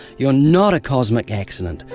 you're not a cosmic accident.